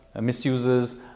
misuses